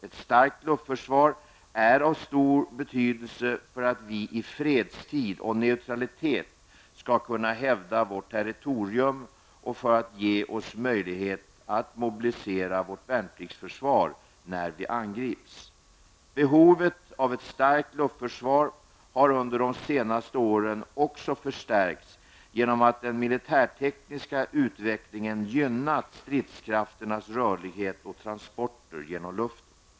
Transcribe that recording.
Ett starkt luftförsvar är av stor betydelse för att vi i fredstid och neutralitet skall kunna hävda vårt territorium och för att ge oss möjlighet att mobilisera vårt värnpliktsförsvar när vi angrips. Behovet av ett starkt luftförsvar har under de senaste åren också förstärkts genom att den militärtekniska utvecklingen gynnat stridskrafternas rörlighet och transporter genom luften.